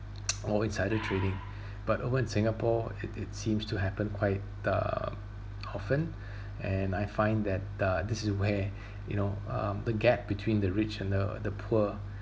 or insider trading but over in singapore it it seems to happen quite um often and I find that the this is where you know um the gap between the rich and the the poor